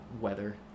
weather